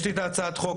יש לי את ההצעת חוק,